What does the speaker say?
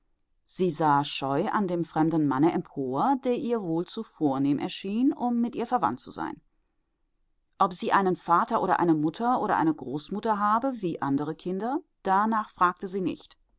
sie sah scheu an dem fremden manne empor der ihr wohl zu vornehm erschien um mit ihr verwandt zu sein ob sie einen vater oder eine mutter oder eine großmutter habe wie andere kinder danach fragte sie nicht